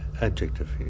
adjective